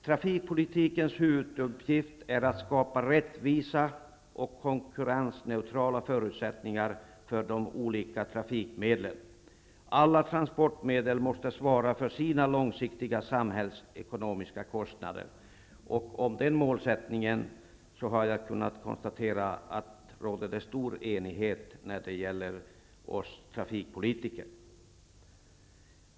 Trafikpolitikens huvuduppgift är att skapa rättvisa och konkurrensneutrala förutsättningar för de olika trafikmedlen. Alla transportmedel måste svara för sina långsiktiga samhällsekonomiska kostnader. Jag har kunnat konstatera att det råder stor enighet om den målsättningen bland oss trafikpolitiker.